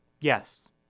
Yes